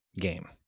game